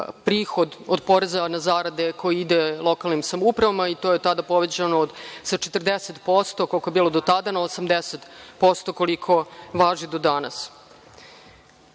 prihod od poreza na zarade koji ide lokalnim samoupravama i to je tada povećano sa 40% koliko je bilo do tada, do 80% koliko važi do